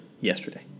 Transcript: yesterday